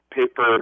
paper